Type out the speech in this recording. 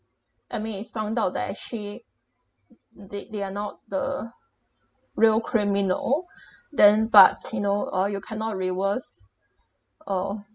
I mean it's found out that actually they they are not the real criminal then but you know uh you cannot reverse uh